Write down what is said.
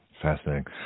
fascinating